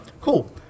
Cool